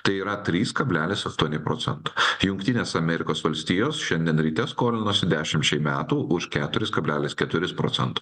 tai yra trys kablelis aštuoni procento jungtinės amerikos valstijos šiandien ryte skolinosi dešimčiai metų už keturis kablelis keturis procento